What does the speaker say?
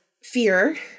fear